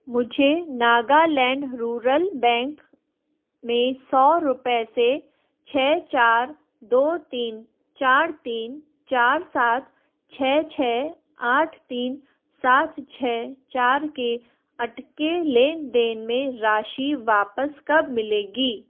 मुझे Nagaland rural bank में सौ रुपये से छ चार दो तीन चार तीन चार सात छ छ आठ तीन सात छ चार के अटके लेन देन में राशि वापस कब मिलेगी